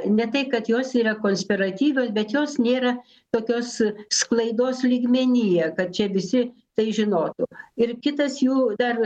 ne tai kad jos yra konspiratyvios bet jos nėra tokios sklaidos lygmenyje kad čia visi tai žinotų ir kitas jų dar